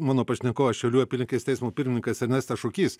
mano pašnekovas šiaulių apylinkės teismo pirmininkas ernestas šukys